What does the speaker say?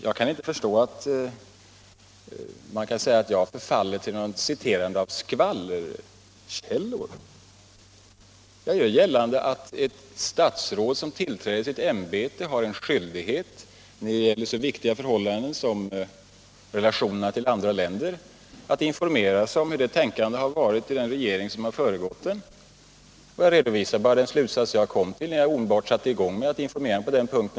Jag kan inte förstå talet om att jag skulle ha förfallit till att citera skvallerkällor. Jag gör gällande att ett statsråd som tillträder sitt ämbete och det då gäller så viktiga frågor som relationerna till andra länder har skyldighet att informera sig om hur tänkandet varit i den tidigare regeringen. Jag redovisade bara den slutsats som jag kom till när jag omedelbart satte i gång att informera mig på den punkten.